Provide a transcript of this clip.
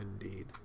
indeed